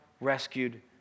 rescued